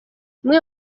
imwe